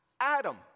Adam